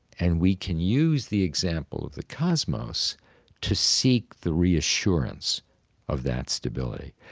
and we can use the example of the cosmos to seek the reassurance of that stability.